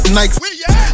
nikes